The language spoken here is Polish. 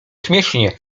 śmiesznie